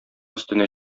өстенә